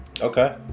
Okay